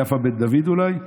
יפה בן דוד, אולי?